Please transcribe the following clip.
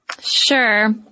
Sure